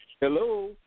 Hello